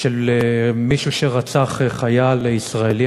של מישהו שרצח חייל ישראלי,